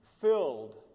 filled